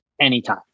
anytime